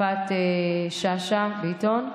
יפעת שאשא ביטון.